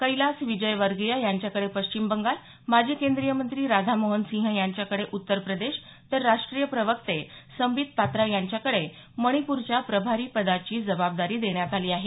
कैलास विजयवर्गीय यांच्याकडे पश्चिम बंगाल माजी केंद्रीय मंत्री राधामोहन सिंह यांच्याकडे उत्तर प्रदेश तर राष्ट्रीय प्रवक्ते संबित पात्रा यांच्याकडे मणिप्रच्या प्रभारीपदाची जबाबदारी देण्यात आली आहे